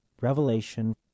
revelation